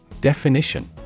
Definition